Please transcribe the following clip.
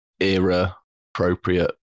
era-appropriate